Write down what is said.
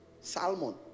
salmon